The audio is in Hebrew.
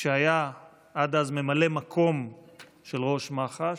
שהיה עד אז ממלא מקום של ראש מח"ש,